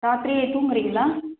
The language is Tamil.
ராத்திரி தூங்குகிறீங்களா